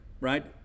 right